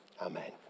amen